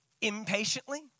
impatiently